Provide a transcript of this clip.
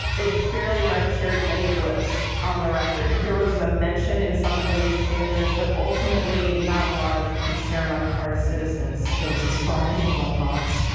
it barely registered any blips on the record. there was a mention in some of the newspapers, but ultimately, not a lot of concern on the part of citizens. there was a spark in a glove box,